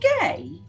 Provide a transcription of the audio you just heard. gay